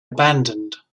abandoned